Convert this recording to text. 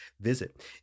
visit